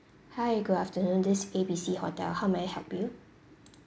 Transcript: hi good afternoon this A B C hotel how may I help you